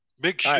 big